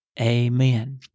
amen